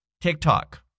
TikTok